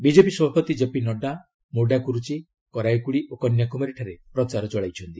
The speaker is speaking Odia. ବିଜେପି ସଭାପତି ଜେପି ନଡ୍ଡା ମୋଡାକୁରୁଚି କରାଇକୁଡ଼ି ଓ କନ୍ୟାକୁମାରୀଠାରେ ପ୍ରଚାର ଚଳାଇଛନ୍ତି